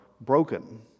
broken